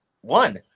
One